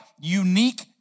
unique